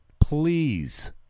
please